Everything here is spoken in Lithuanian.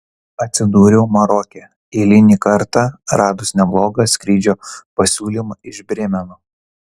atsidūriau maroke eilinį kartą radus neblogą skrydžio pasiūlymą iš brėmeno